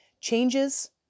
changes